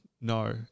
No